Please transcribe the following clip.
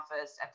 office